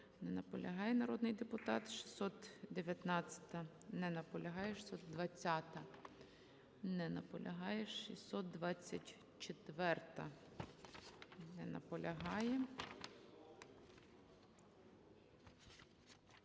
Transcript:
Не наполягає народний депутат. 619-а. Не наполягає. 620-а. Не наполягає. 624-а. Не наполягає.